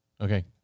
Okay